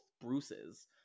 Bruce's